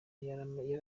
yari